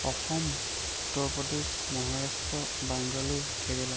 Assam Uttar Pradesh Maharashtra Bangalore Kerala